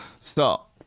stop